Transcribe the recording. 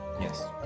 Yes